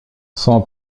son